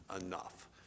enough